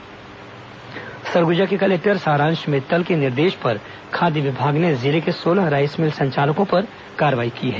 rice mill कार्रवाई Surguja collector Saransh Mittal के निर्देश पर खाद्य विभाग ने जिले के सोलह राईस मिल संचालकों पर कार्रवाई की है